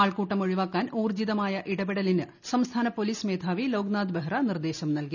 ആൾക്കൂട്ടം ഒഴിവാക്കാൻ ഊർജ്ജിത്മാ്യ ഇടപെടലിന് സംസ്ഥാന പോലീസ് മേധാവി ലോക്നാഥ് ബെഹ്റ നിർദ്ദേശം നൽകി